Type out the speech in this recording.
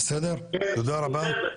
בסדר, תודה רבה.